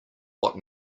what